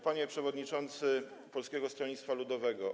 Panie Przewodniczący Polskiego Stronnictwa Ludowego!